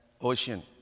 ocean